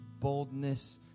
boldness